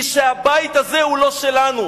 היא שהבית הזה הוא לא שלנו,